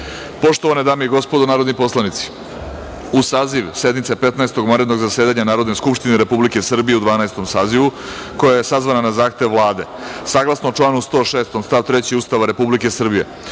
Vlade. Poštovane dame i gospodo narodni poslanici, uz saziv sednice Petnaestog vanrednog zasedanja Narodne skupštine Republike Srbije u Dvanaestom sazivu, koja je sazvana na Zahtev Vlade, saglasno članu 106. stav 3. Ustava Republike Srbije,